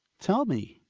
tell me!